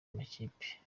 amakipe